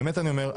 באמת אני אומר,